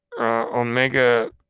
Omega